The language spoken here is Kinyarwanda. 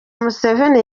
museveni